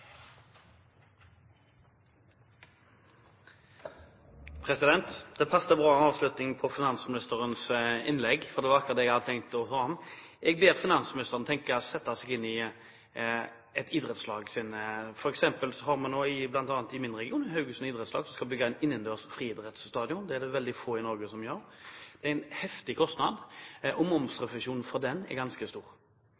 Det passet bra med avslutningen på finansministerens innlegg, for det var akkurat det jeg hadde tenkt å ta opp. Jeg ber finansministeren sette seg inn i et idrettslags situasjon. For eksempel har vi i min region, Haugesund idrettslag, som skal bygge en innendørs friidrettsstadion. Det er det veldig få i Norge som gjør. Det er en heftig kostnad, og